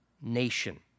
nation